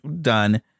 done